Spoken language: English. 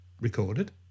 recorded